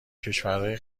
کشورهای